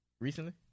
Recently